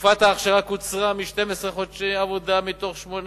תקופת האכשרה קוצרה מ-12 חודשי עבודה מתוך 18